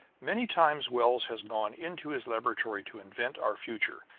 many times wells has gone into his laboratory to invent our future,